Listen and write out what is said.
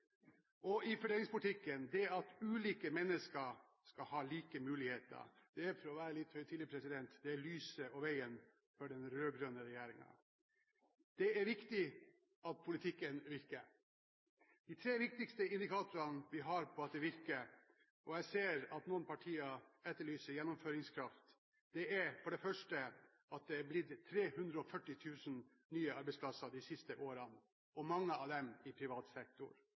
grunnplanken i fordelingspolitikken. Og i fordelingspolitikken, det at ulike mennesker skal ha like muligheter, er, for å være litt høytidelig, lyset og veien for den rød-grønne regjeringen. Det er viktig at politikken virker. De tre viktigste indikatorene vi har på at det virker – og jeg ser at noen partier etterlyser gjennomføringskraft – er for det første at det har blitt 340 000 nye arbeidsplasser de siste årene, mange av dem i privat sektor,